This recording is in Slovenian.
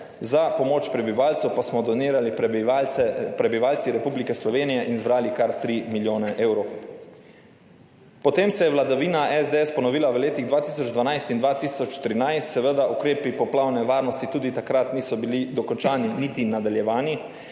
za pomoč prebivalcev pa smo donirali prebivalci Republike Slovenije in zbrali kar 3 milijone evrov. Potem se je vladavina SDS ponovila v letih 2012 in 2013, seveda ukrepi poplavne varnosti tudi takrat niso bili dokončani, niti nadaljevani.